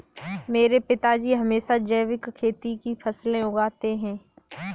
मेरे पिताजी हमेशा जैविक खेती की फसलें उगाते हैं